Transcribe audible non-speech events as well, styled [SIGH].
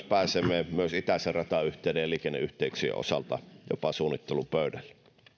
[UNINTELLIGIBLE] pääsemme myös itäisen ratayhteyden ja liikenneyhteyksien osalta jopa suunnittelupöydälle